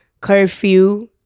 curfew